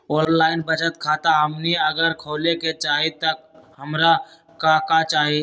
Online बचत खाता हमनी अगर खोले के चाहि त हमरा का का चाहि?